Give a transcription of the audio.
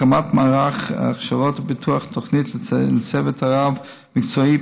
הקמת מערך הכשרות ופיתוח תוכנית לצוות הרב-מקצועי,